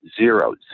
zero